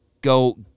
go